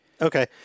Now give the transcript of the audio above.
Okay